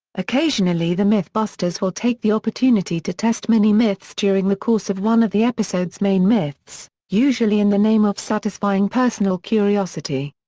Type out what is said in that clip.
occasionally the mythbusters will take the opportunity to test mini myths during the course of one of the episode's main myths, usually in the name of satisfying personal curiosity.